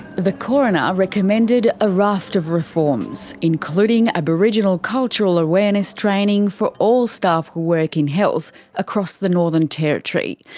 the coroner recommended a raft of reforms, including aboriginal cultural awareness training for all staff who work in health across the northern territory.